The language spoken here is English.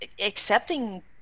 accepting